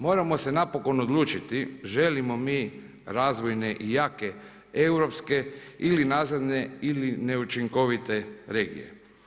Moramo se napokon odlučiti želimo mi razvojne i jake europske ili nazadne ili neučinkovite regije.